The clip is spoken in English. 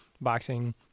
boxing